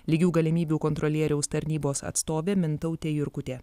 lygių galimybių kontrolieriaus tarnybos atstovė mintautė jurkutė